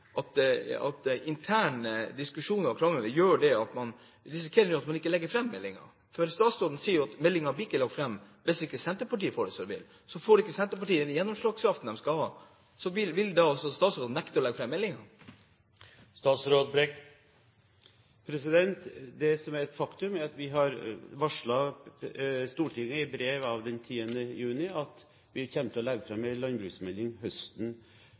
for Senterpartiet at interne diskusjoner og krangler gjør at man nå risikerer at meldingen ikke blir lagt fram? For statsråden sier jo at meldingen ikke blir lagt fram hvis ikke Senterpartiet får det som de vil. Så dersom Senterpartiet ikke får den gjennomslagskraften de skal ha, vil da statsråden nekte å legge fram meldingen? Det som er et faktum, er at vi har varslet Stortinget i brev av 10. juni at vi kommer til å legge fram en landbruksmelding til høsten.